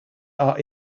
are